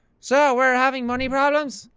so we're having money problems?